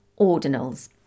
Ordinals